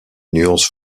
nuances